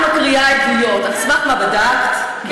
את מקריאה עדויות, על סמך מה, בדקת?